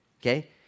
okay